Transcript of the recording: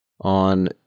on